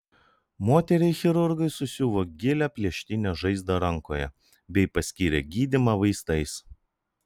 moteriai chirurgai susiuvo gilią plėštinę žaizdą rankoje bei paskyrė gydymą vaistais